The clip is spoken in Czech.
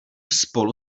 spolu